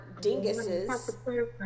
dinguses